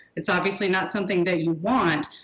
it's obviously not something that you want,